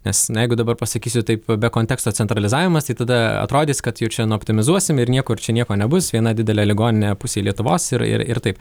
nes na jeigu dabar pasakysiu taip be konteksto centralizavimas tai tada atrodys kad jau čia nu optimizuosim ir niekur čia nieko nebus viena didelė ligoninė pusei lietuvos ir ir ir taip